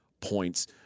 points